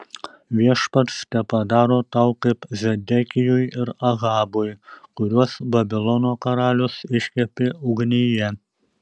viešpats tepadaro tau kaip zedekijui ir ahabui kuriuos babilono karalius iškepė ugnyje